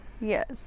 yes